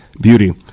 beauty